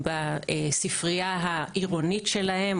בספרייה העירונית שלהם,